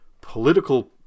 political